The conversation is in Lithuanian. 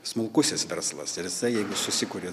smulkusis verslas ir jisai jeigu susikuria